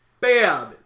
Bam